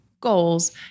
goals